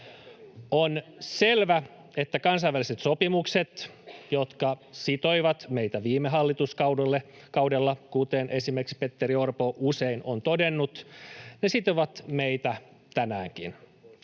On selvä, että kansainväliset sopimukset, jotka sitoivat meitä viime hallituskaudella, kuten esimerkiksi Petteri Orpo usein on todennut, sitovat meitä tänäänkin.